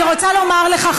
אני רוצה לומר לך,